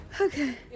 Okay